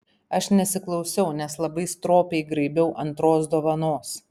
aš nesiklausiau nes labai stropiai graibiau antros dovanos